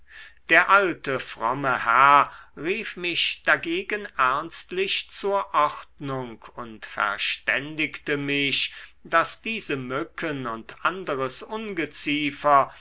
der alte fromme herr rief mich dagegen ernstlich zur ordnung und verständigte mich daß diese mücken und anderes ungeziefer